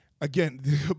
again